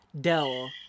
Dell